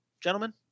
gentlemen